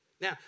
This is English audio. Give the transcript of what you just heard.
Now